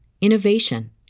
innovation